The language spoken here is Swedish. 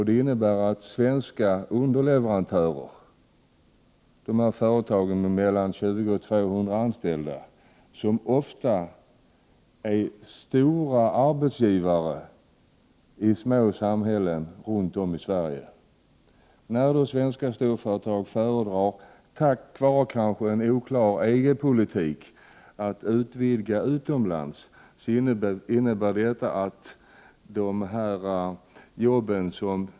Detta medför att svenska underleverantörer — företag med mellan 20 och 200 anställda, företag som ofta är stora arbetsgivare i små samhällen runt om i Sverige — riskerar att gå miste om jobb.